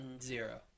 Zero